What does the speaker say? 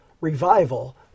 revival